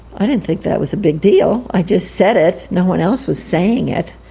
i didn't think that was a big deal, i just said it, no one else was saying it,